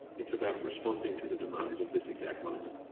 it's about responding to the demands of this exact moment.